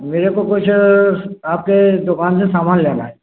मेरे को कुछ आपके दुकान से सामान लेना है